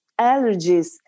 allergies